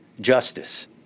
justice